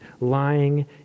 lying